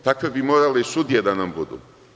Takve bi morale i sudije da nam budu.